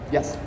Yes